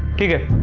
you get